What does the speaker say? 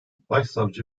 başsavcı